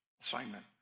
assignment